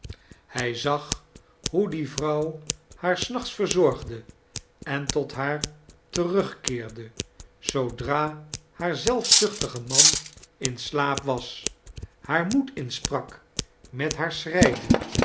hij zag hoe die vrouw haar s naohts verzorgde en tot haar terugkeerde zoodra haar zelfzuchtige man in slaap was haar moed insprak met haar